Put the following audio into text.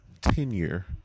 tenure